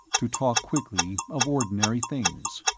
to talk quickly of ordinary things.